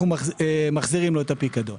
מחזירים לו את הפיקדון.